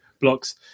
blocks